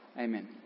Amen